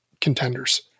contenders